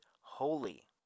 holy